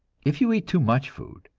if you eat too much food,